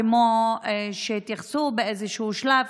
כמו שהתייחסו באיזשהו שלב,